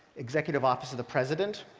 executive office of the president.